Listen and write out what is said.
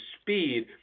speed –